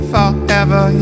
Forever